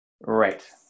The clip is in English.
Right